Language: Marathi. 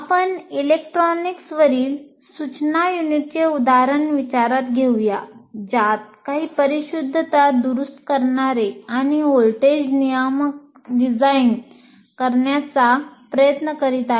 आपण इलेक्ट्रॉनिक्सवरील सूचना युनिटचे उदाहरण विचारात घेऊया ज्यात काही परिशुद्धता दुरुस्त करणारे आणि व्होल्टेज नियामक डिजाईन करण्याचा प्रयत्न करीत आहेत